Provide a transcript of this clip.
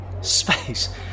Space